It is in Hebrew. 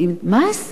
מה זה?